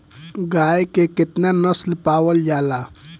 गाय के केतना नस्ल पावल जाला?